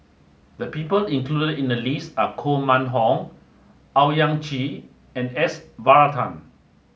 the people included in the list are Koh Mun Hong Owyang Chi and S Varathan